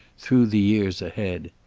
through the years ahead.